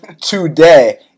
today